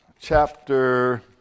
chapter